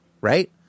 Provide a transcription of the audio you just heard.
right